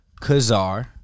Kazar